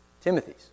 Timothy's